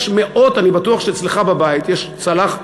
אני בטוח שאצלך בבית יש צלחת,